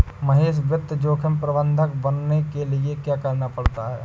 महेश वित्त जोखिम प्रबंधक बनने के लिए क्या करना पड़ता है?